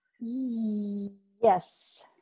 Yes